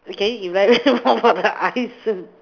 okay elaborate more about the eyes